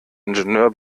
ingenieur